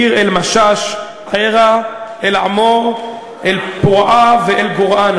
ביר-אלמשאש, עירא, אלעמור, אל-פורעה ואל-גורען.